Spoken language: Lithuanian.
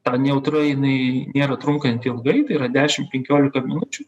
ta nejautra jinai nėra trunkanti ilgai tai yra dešim penkiolika minučių